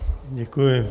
Děkuji.